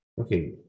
okay